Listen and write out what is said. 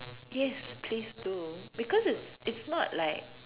yes please do because it's it's not like